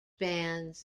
bands